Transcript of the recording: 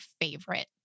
favorite